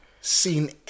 seen